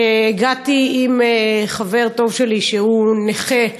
שהגעתי אליו עם חבר טוב שלי, שהוא נכה.